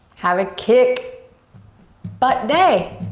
have a kick butt day!